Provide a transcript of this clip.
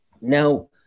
Now